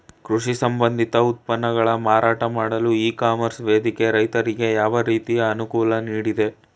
ಕೃಷಿ ಸಂಬಂಧಿತ ಉತ್ಪನ್ನಗಳ ಮಾರಾಟ ಮಾಡಲು ಇ ಕಾಮರ್ಸ್ ವೇದಿಕೆ ರೈತರಿಗೆ ಯಾವ ರೀತಿ ಅನುಕೂಲ ನೀಡಿದೆ?